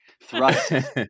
thrust